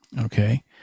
Okay